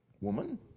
Woman